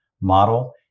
model